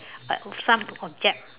but some object